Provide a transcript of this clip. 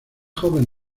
joven